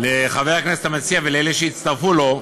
לומר לחבר הכנסת המציע ולאלה שהצטרפו אליו: